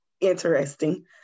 interesting